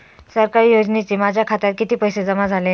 सरकारी योजनेचे माझ्या खात्यात किती पैसे जमा झाले?